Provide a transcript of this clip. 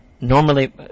normally